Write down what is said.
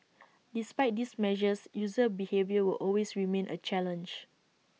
despite these measures user behaviour will always remain A challenge